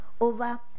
over